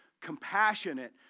compassionate